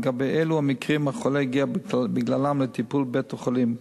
לגבי אילו מהמקרים החולה הגיע בגללם לטיפול בבית-החולים,